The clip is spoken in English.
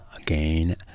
again